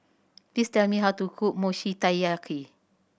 please tell me how to cook Mochi Taiyaki